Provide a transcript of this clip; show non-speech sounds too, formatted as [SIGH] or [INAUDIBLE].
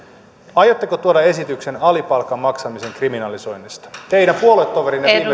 aiotteko tuoda esityksen alipalkan maksamisen kriminalisoinnista teidän puoluetoverinne [UNINTELLIGIBLE]